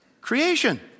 Creation